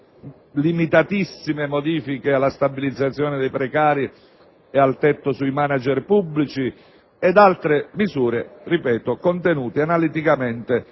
limitatissime modifiche alla stabilizzazione dei precari e al tetto sui *manager* pubblici ed altre ancora contenute analiticamente